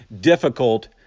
difficult